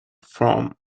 from